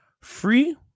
free